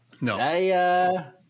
No